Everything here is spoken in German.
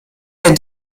der